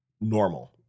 normal